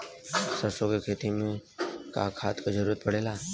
सरसो के खेती में का खाद क जरूरत पड़ेला?